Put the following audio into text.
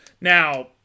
Now